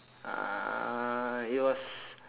uh it was